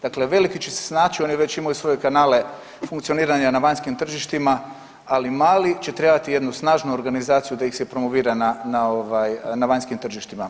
Dakle, veliki će se snaći oni već imaju svoje kanale funkcioniranja na vanjskim tržištima, ali mali će trebati jednu snažnu organizaciju da ih se promovira na, na ovaj vanjskim tržištima.